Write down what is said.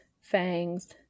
fangs